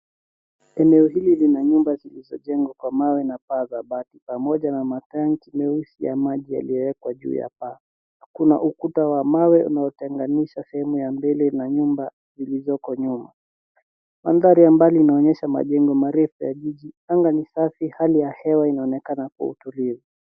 Eneo hili lina nyumba zilizojengwa kwa mawe na paa za bati pamoja na matanks meusi ya maji yaliyowekwa juu ya paa. Kuna ukuta wa mawe unaotenganisha sehemu ya mbele na nyumba zilizoko nyuma. Mandhari ya mbali inaonyesha majengo marefu ya jiji. Anga ni safi. Hali ya hewa inaonekana kwa utulivu.